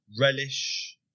Relish